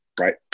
right